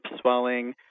swelling